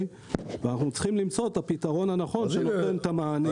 ואנחנו צריכים למצוא את הפתרון הנכון שנותן את המענה.